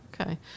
Okay